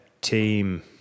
team